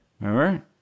remember